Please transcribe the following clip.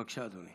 בבקשה, אדוני.